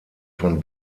von